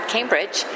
Cambridge